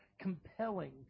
compelling